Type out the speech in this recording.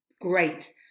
great